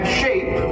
shape